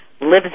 lives